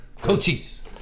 Coaches